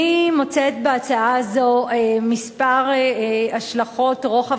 אני מוצאת בהצעה הזו מספר השלכות רוחב